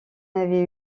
avait